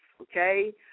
okay